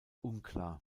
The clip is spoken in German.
unklar